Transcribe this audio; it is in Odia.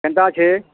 କେନ୍ତା ଅଛେ